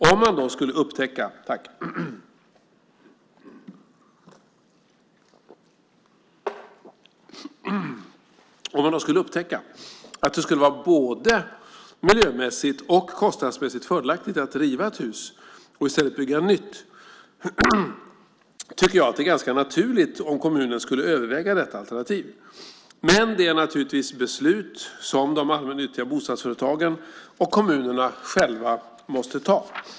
Om man då skulle upptäcka att det skulle vara både miljömässigt och kostnadsmässigt fördelaktigt att riva ett hus och i stället bygga nytt tycker jag att det är ganska naturligt om kommunen skulle överväga detta alternativ. Men det är naturligtvis beslut som de allmännyttiga bostadsföretagen och kommunerna själva måste ta.